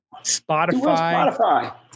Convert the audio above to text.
Spotify